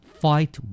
fight